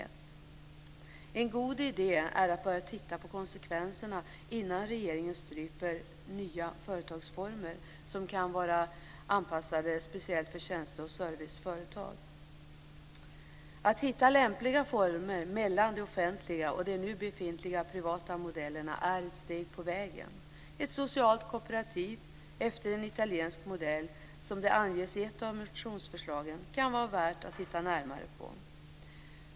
En god idé är att börja titta på konsekvenserna innan regeringen stryper nya företagsformer som kan vara anpassade speciellt för tjänste och serviceföretag. Att hitta lämpliga former mellan det offentliga och de nu befintliga privata modellerna är ett steg på vägen. Ett socialt kooperativ, efter en italiensk modell, som det anges i ett av motionsförslagen, kan vara värt att titta närmare på.